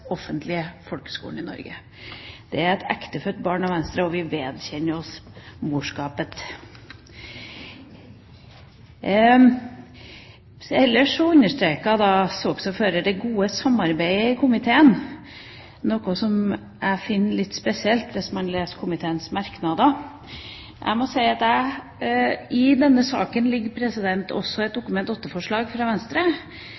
offentlige folkeskolen i Norge. Det er et ektefødt barn av Venstre, og vi vedkjenner oss morskapet. Ellers understreket saksordføreren det gode samarbeidet i komiteen, noe som jeg finner litt spesielt hvis man leser komiteens merknader. I denne saken ligger også et